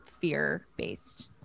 fear-based